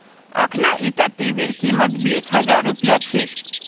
अखना ईटा टीवीर कीमत बीस हजार रुपया छेक